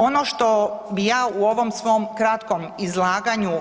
Ono što bih ja u ovom svom kratkom izlaganju